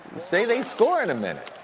say they score in a minute.